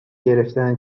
گرفتن